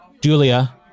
Julia